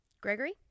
Gregory